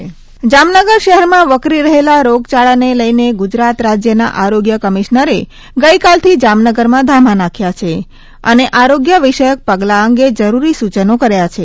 ડેન્ય્ િ જામનગર જામનગર શહેરમાં વકરી રહેલા રોગયાળાને લઈને ગુજરાત રાજ્યના આરોગ્ય કમિશનરે ગઈકાલથી જામનગરમાં ધામા નાખ્યા છે અને આરોગ્ય વિષયક પગલાં અંગે જરૂરી સૂચનો કર્યા છે